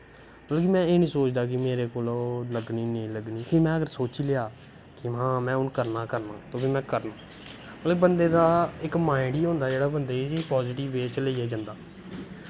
फिर में एह् निं सोचदा कि मेरे कोला दा लग्गनी जां नेईं लग्गनी अगर में सोची लेआ कि हून में करना ते करना ते फ्ही में करना बंदे दा इक माईंड गै होंदा जेह्का बंदे गी पाज़िटिव वे च लेइयै जंदा